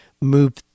move